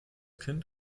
kind